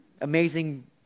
amazing